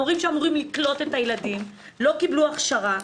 המורים שאמורים לקלוט את הילדים לא קיבלו הכשרה,